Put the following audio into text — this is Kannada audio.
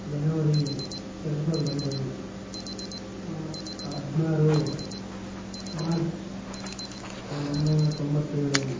ಜನವರಿ ಎರಡು ಸಾವಿರದ ಎರಡು ಹದಿನಾರು ಮಾರ್ಚ್ ಸಾವಿರದ ಒಂಬೈನೂರ ತೊಂಬತ್ತೇಳು